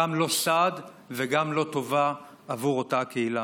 גם לא סעד וגם לא טובה עבור אותה הקהילה.